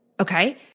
Okay